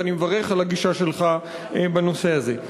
ואני מברך על הגישה שלך בנושא הזה.